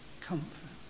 comfort